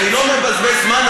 אני לא מבזבז זמן,